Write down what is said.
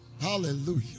Hallelujah